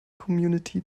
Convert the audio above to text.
community